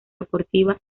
deportiva